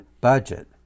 budget